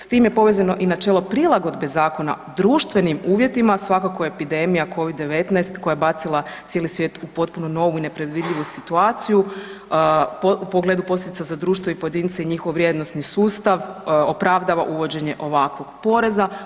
S tim je povezano i načelo prilagodbe zakona društvenim uvjetima, a svakako je epidemija covid-19 koja je bacila cijeli svijet u potpuno novu i nepredvidivu situaciju u pogledu posljedica za društvo i pojedine i njihov vrijednosni sustav opravdava uvođenje ovakvog poreza.